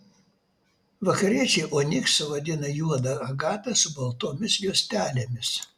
vakariečiai oniksu vadina juodą agatą su baltomis juostelėmis